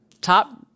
top